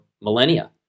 millennia